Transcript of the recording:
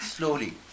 slowly